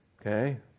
okay